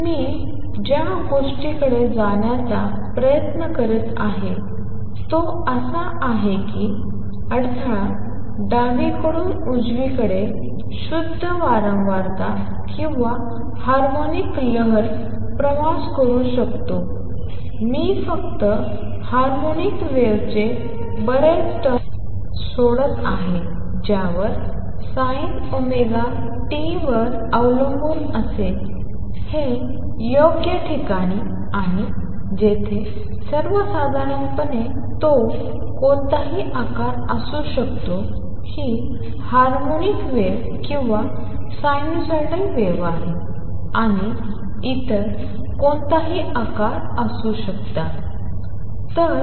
तर मी ज्या गोष्टीकडे जाण्याचा प्रयत्न करीत आहे तो असा आहे की अडथळा डावीकडून उजवीकडे शुद्ध वारंवारता किंवा हार्मोनिक लहर प्रवास करू शकतो मी फक्त हार्मोनिक वेव्हचे बरेच टर्म सोडत आहे ज्यावर sin omega t वर अवलंबून असेल हे योग्य ठिकाणी आणि जेथे सर्वसाधारणपणे तो कोणताही आकार असू शकतो ही हार्मोनिक वेव्ह किंवा साइनसॉइडल वेव्ह आहे आणि इतर कोणताही आकार असू शकतात